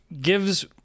gives